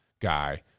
guy